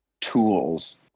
tools